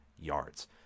yards